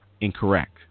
incorrect